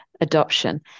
adoption